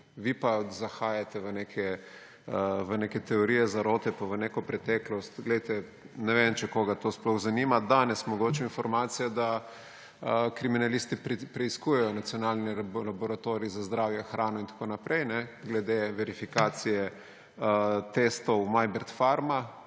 vi pa zahajate v neke teorije zarote, pa v neko preteklost. Glejte, ne vem, če koga to sploh zanima, danes mogoče informacija, da kriminalisti preiskujejo Nacionalni laboratorij za zdravje, hrano in tako naprej glede verifikacije testov Majbert Pharma,